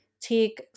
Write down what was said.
take